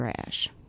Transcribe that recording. trash